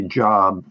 job